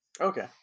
Okay